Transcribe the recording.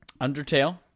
Undertale